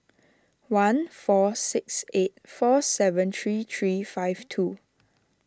one four six eight four seven three three five two